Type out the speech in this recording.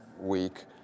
week